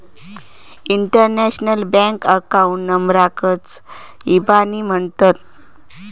international bank account नंबराकच इबानी म्हणतत